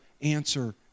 answer